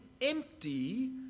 empty